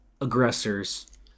aggressors